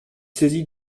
saisie